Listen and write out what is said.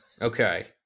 Okay